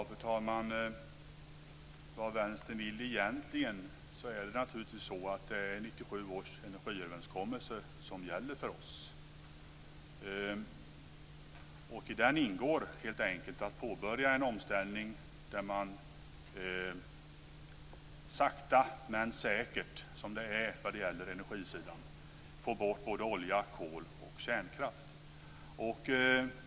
Fru talman! Vad vill Vänstern egentligen? Det är naturligtvis 1997 års energiöverenskommelse som gäller för oss. I den ingår helt enkelt att påbörja en omställning där man sakta men säkert, som det ofta är på energisidan, får bort olja, kol och kärnkraft.